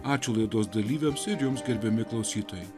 ačiū laidos dalyviams ir jums gerbiami klausytojai